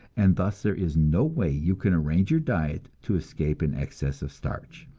and thus there is no way you can arrange your diet to escape an excess of starch.